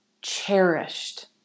cherished